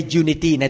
unity